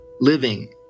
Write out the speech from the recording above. living